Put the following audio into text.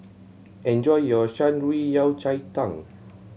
enjoy your Shan Rui Yao Cai Tang